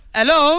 Hello